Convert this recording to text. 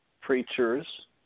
Preachers